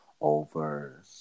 over